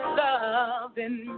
loving